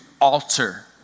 alter